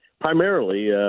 primarily